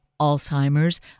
Alzheimer's